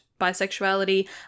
bisexuality